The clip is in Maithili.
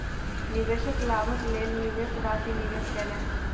निवेशक लाभक लेल निवेश राशि निवेश कयलैन